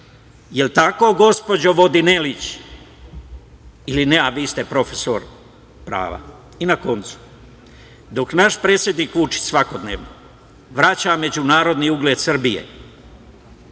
li je tako gospođo Vodinelić ili ne, a vi ste profesor prava? Dok naš predsednik Vučić svakodnevno vraća međunarodni ugled Srbije,